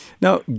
Now